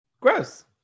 Gross